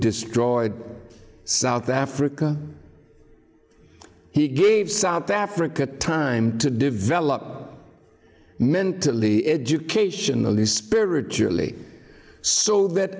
destroyed south africa he gave south africa time to develop mentally educationally spiritually so that